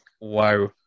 Wow